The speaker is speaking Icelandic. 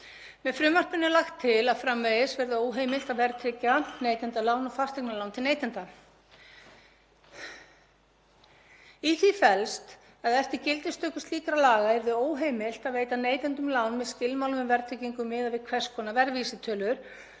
með frumvarpinu er lagt til að framvegis verði óheimilt að verðtryggja neytendalán og fasteignalán til neytenda. Í því felst að eftir gildistöku slíkra laga yrði óheimilt að veita neytendum lán með skilmálum um verðtryggingu miðað við hvers konar verðvísitölu,